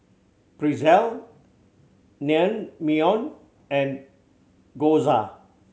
Pretzel Naengmyeon and Gyoza